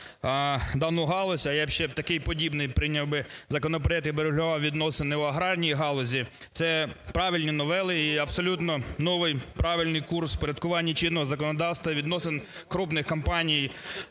а я б ще такий подібний прийняв би законопроект, який би регулював відносини в аграрній галузі, це правильні новели і абсолютно новий правильний курс у впорядкуванні чинного законодавства, відносин крупних компаній